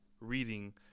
reading